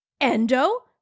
endo